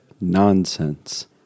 nonsense